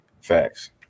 Facts